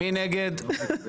מי נגד?